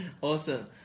Awesome